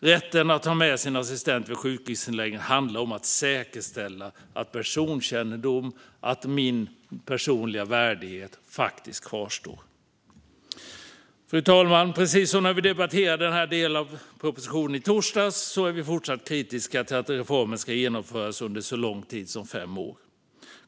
Rätten att ha med sin assistent vid sjukhusinläggning handlar om att säkerställa personkännedom och säkerställa att ens personliga värdighet faktiskt kvarstår. Fru talman! Precis som när vi debatterade assistans i torsdags är vi kritiska till att reformen ska genomföras under så lång tid som fem år.